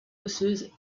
osseuses